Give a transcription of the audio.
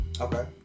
okay